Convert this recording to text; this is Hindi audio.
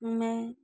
में